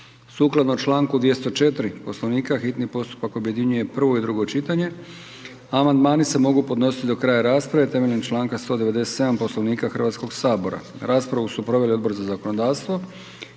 Sukladno Članku 204. Poslovnika hitni postupak objedinjuje prvo i drugo čitanje. Amandmani se mogu podnositi do kraja rasprave temeljem Članka 197. Poslovnika Hrvatskog sabora. Raspravu su proveli Odbor za zakonodavstvo